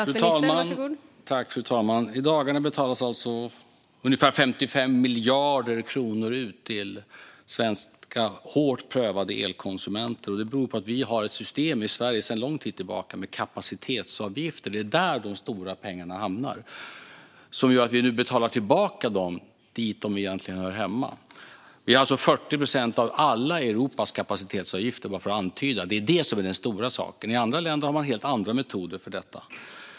Fru talman! I dagarna betalas ungefär 55 miljarder kronor ut till hårt prövade svenska elkonsumenter. Det beror på att vi i Sverige sedan lång tid tillbaka har ett system med kapacitetsavgifter. Det är där de stora pengarna hamnar. Nu betalar vi tillbaka dem dit där de egentligen hör hemma. Vi har 40 procent av alla Europas kapacitetsavgifter, bara för att antyda vad det handlar om. Det är detta som är den stora saken. I andra länder har man helt andra metoder för detta.